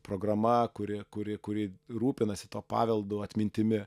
programa kuri kuri kuri rūpinasi tuo paveldu atmintimi